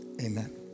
amen